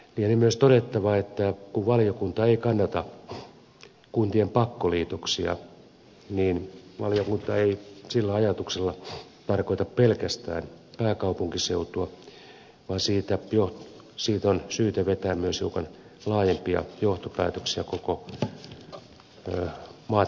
lienee myös todettava että kun valiokunta ei kannata kuntien pakkoliitoksia niin valiokunta ei sillä ajatuksella tarkoita pelkästään pääkaupunkiseutua vaan siitä on syytä vetää myös hiukan laajempia johtopäätöksiä koko maata kattavaan kuntakeskusteluun